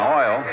oil